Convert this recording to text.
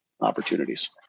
opportunities